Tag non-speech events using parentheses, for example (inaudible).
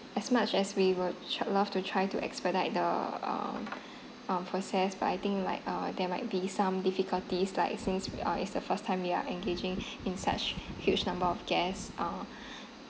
as much as we would tr~ love to try to expedite the um (noise) um process but I think like uh there might be some difficulties like since we are it's the first time we are engaging in such huge number of guests uh (breath)